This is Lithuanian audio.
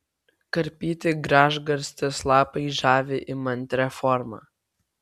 karpyti gražgarstės lapai žavi įmantria forma